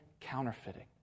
counterfeiting